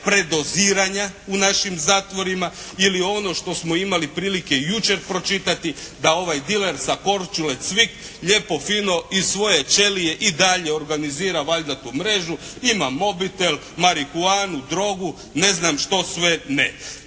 predoziranja u našim zatvorima ili ono što smo imali prilike i jučer pročitati da ovaj diler sa Korčule Cvik lijepo fino iz svoje čelije i dalje organizira valjda tu mrežu. Ima mobitel, marihuanu, drogu, ne znam što sve ne.